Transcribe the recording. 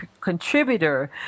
contributor